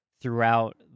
throughout